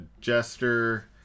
jester